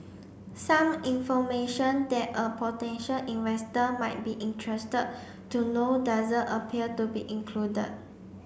some information that a potential investor might be interested to know doesn't appear to be included